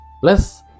plus